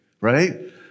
right